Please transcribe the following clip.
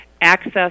access